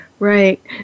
Right